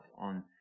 on